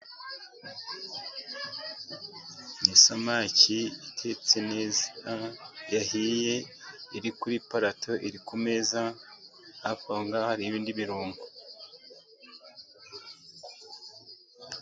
Ni isamaki itetse neza yahiye iri ku parato, iri ku meza. Hafi aho ngaho hariho ibindi birungo.